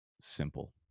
simple